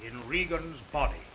in reagan's body